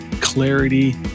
Clarity